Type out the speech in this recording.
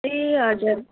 ए हजुर